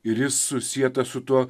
ir jis susietas su tuo